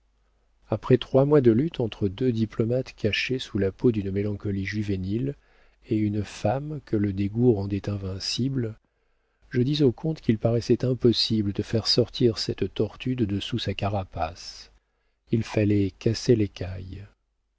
après trois mois de lutte entre deux diplomates cachés sous la peau d'une mélancolie juvénile et une femme que le dégoût rendait invincible je dis au comte qu'il paraissait impossible de faire sortir cette tortue de dessous sa carapace il fallait casser l'écaille